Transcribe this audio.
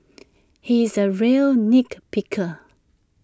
he is A real nit picker